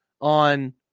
on